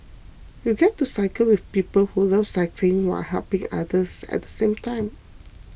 you get to cycle with people who love cycling while helping others at the same time